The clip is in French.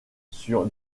sur